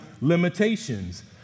limitations